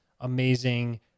amazing